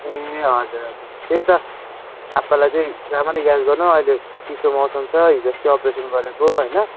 ए हजुर हजुर त्यही त आप्पालाई चाहिँ रामरी याद गर्नु अहिले चिसो मौसम छ हिजो अस्ति अपरेसन गरेको होइन